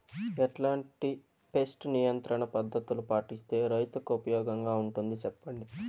ఎట్లాంటి పెస్ట్ నియంత్రణ పద్ధతులు పాటిస్తే, రైతుకు ఉపయోగంగా ఉంటుంది సెప్పండి?